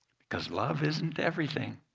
because love isn't everything,